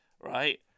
right